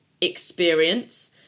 experience